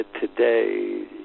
today